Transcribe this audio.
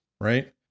right